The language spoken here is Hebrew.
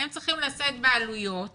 הם צריכים לשאת בעלויות